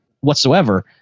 whatsoever